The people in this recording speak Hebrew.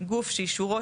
גוף שאישורו,